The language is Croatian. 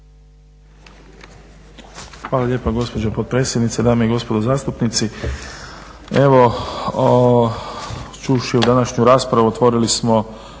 Hvala lijepo gospođo potpredsjednice. Dame i gospodo zastupnici, evo čuvši današnju raspravu otvorili smo